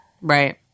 right